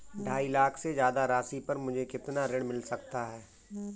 ढाई लाख से ज्यादा राशि पर मुझे कितना ऋण मिल सकता है?